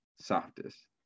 Softest